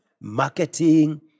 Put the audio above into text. marketing